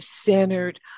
centered